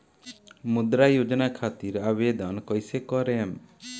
मुद्रा योजना खातिर आवेदन कईसे करेम?